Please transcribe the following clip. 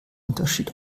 unterschied